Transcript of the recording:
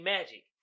Magic